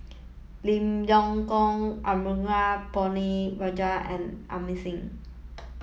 Lim Leong Geok Arumugam Ponnu Rajah and Amy Thing